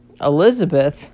Elizabeth